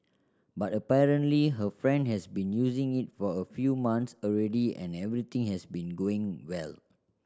but apparently her friend has been using it for a few month already and everything has been going well